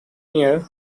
year